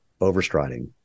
overstriding